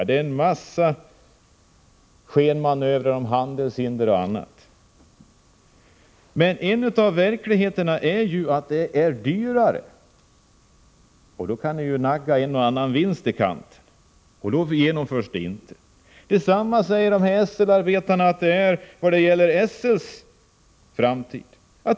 Det är en massa skenmanövrer om handelshinder och annat. En av de verkliga faktorerna är att det blir dyrare, och då kan ju en och annans vinst naggas i kanten. Därför genomförs det inte. Detsamma säger SL-arbetarna gäller för SL:s framtid.